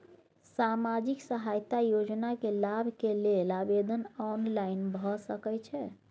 सामाजिक सहायता योजना के लाभ के लेल आवेदन ऑनलाइन भ सकै छै?